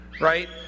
Right